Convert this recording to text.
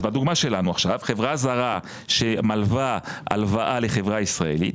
בדוגמה שלנו עכשיו חברה זרה שמלווה הלוואה לחברה ישראלית,